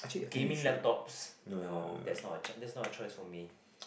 gaming laptops no that's not a that's not a choice for me